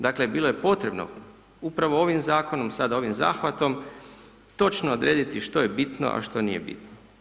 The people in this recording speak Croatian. Dakle, bilo je potrebno upravo ovim Zakonom, sada ovim zahvatom točno odrediti što je bitno, a što nije bitno.